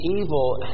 evil